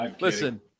listen